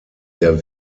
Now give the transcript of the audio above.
der